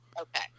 Okay